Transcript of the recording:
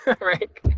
right